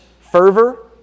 fervor